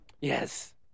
Yes